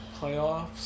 playoffs